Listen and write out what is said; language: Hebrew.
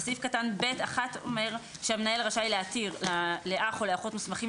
סעיף קטן (ב1) אומר שהמנהל רשאי להתיר לאח או לאחות מוסמכים,